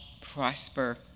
prosper